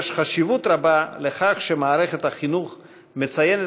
יש חשיבות רבה לכך שמערכת החינוך מציינת